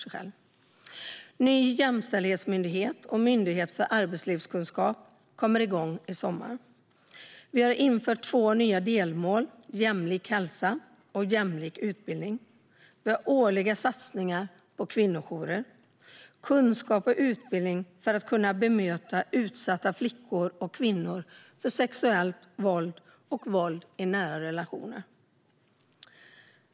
Vi har en ny jämställdhetsmyndighet, och en myndighet för arbetslivskunskap kommer igång i sommar. Vi har infört två nya delmål: jämlik hälsa och jämlik utbildning. Vi har årliga satsningar på kvinnojourer. Vi satsar på kunskap och utbildning för att kunna bemöta flickor och kvinnor som utsatts för sexuellt våld och våld i nära relationer.